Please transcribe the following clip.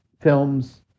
films